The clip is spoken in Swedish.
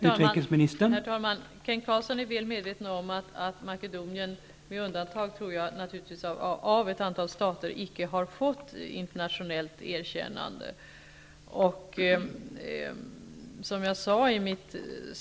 Herr talman! Kent Carlsson är väl medveten om att Makedonien icke har fått internationellt erkännnande -- med ett par undantag.